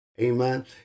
Amen